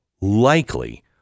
likely